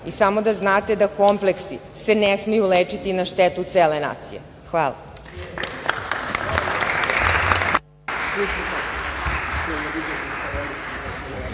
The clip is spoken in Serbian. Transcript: I samo da znate da kompleksi se ne smeju lečiti na štetu cele nacije. Hvala.